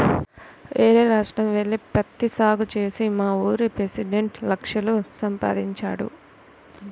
యేరే రాష్ట్రం యెల్లి పత్తి సాగు చేసి మావూరి పెసిడెంట్ లక్షలు సంపాదించాడు